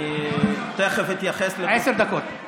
אני תכף אתייחס לחוק הזה, עשר דקות.